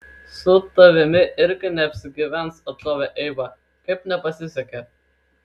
su tavimi irgi neapsigyvens atšovė eiva kaip nepasisekė